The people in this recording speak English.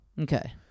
Okay